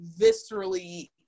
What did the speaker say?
viscerally